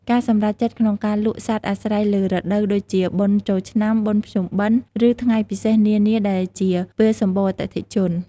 ការសម្រេចចិត្តក្នុងការលក់សត្វអាស្រ័យលើរដូវ ដូចជា បុណ្យចូលឆ្នាំ បុណ្យភ្ជុំបិណ្ឌ ឬថ្ងៃពិសេសនានាដែលជាពេលសម្បូរអតិថិជន។